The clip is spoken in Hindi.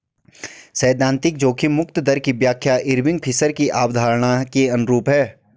सैद्धांतिक जोखिम मुक्त दर की व्याख्या इरविंग फिशर की अवधारणा के अनुरूप है